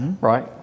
right